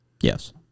Yes